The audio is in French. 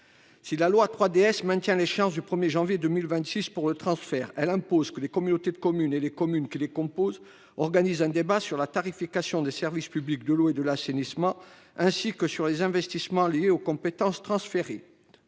locale maintient l'échéance du 1 janvier 2026 pour le transfert, elle impose que les communautés de communes et les communes qui les composent organisent un débat sur la tarification des services publics de l'eau et de l'assainissement, ainsi que sur les investissements liés aux compétences transférées.